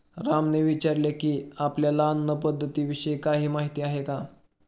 रामने विचारले की, आपल्याला अन्न पद्धतीविषयी काही माहित आहे का?